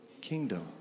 kingdom